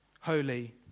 holy